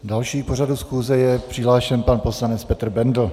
Další k pořadu schůze je přihlášen pan poslanec Petr Bendl.